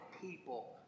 people